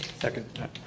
Second